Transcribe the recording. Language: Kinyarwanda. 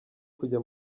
kujya